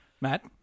Matt